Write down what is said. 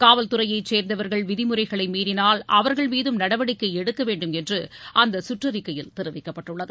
காவல்துறைய சேர்ந்தவர்கள் விதிமுறைகளை மீறினால் அவர்கள் மீதம் நடவடிக்கை எடுக்கவேண்டும் என்று அந்த சுற்றறிக்கையில் தெரிவிக்கப்பட்டுள்ளது